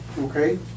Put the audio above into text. okay